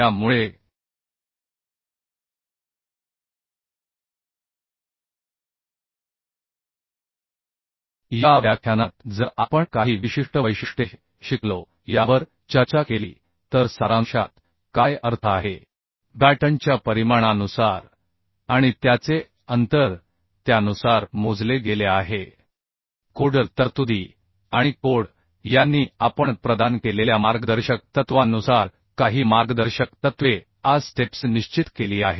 त्यामुळे या व्याख्यानात जर आपण काही विशिष्ट वैशिष्ट्ये शिकलो यावर चर्चा केली तर सारांशात काय अर्थ आहे बॅटनच्या परिमाणानुसार आणि त्याचे अंतर त्यानुसार मोजले गेले आहे कोडल तरतुदी आणि कोड यांनी आपण प्रदान केलेल्या मार्गदर्शक तत्त्वांनुसार काही मार्गदर्शक तत्त्वे आ स्टेप्स निश्चित केली आहेत